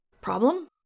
Problem